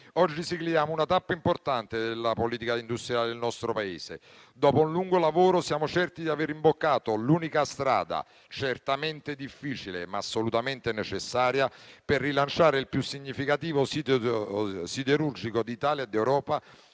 Oggi sigliamo una tappa importante della politica industriale del nostro Paese. Dopo un lungo lavoro siamo certi di aver imboccato l'unica strada, certamente difficile, ma assolutamente necessaria, per rilanciare il più significativo sito siderurgico d'Italia e d'Europa,